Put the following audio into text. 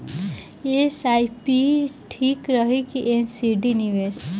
SIP ठीक रही कि एन.सी.डी निवेश?